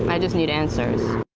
um i just need answers.